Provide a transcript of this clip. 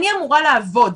אני אמורה לעבוד.